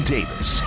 Davis